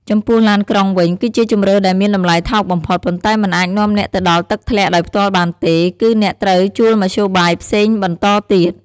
ចំពោះឡានក្រុងវិញ គឺជាជម្រើសដែលមានតម្លៃថោកបំផុត ប៉ុន្តែមិនអាចនាំអ្នកទៅដល់ទឹកធ្លាក់ដោយផ្ទាល់បានទេ គឺអ្នកត្រូវជួលមធ្យោបាយផ្សេងបន្តទៀត។